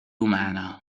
معنى